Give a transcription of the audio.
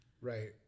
Right